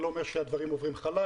אני לא אומר שהדברים עוברים חלק.